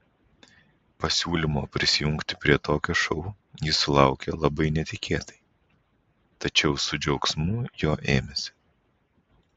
pasiūlymo prisijungti prie tokio šou jis sulaukė labai netikėtai tačiau su džiaugsmu jo ėmėsi